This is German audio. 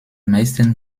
meisten